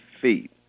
feet